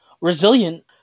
resilient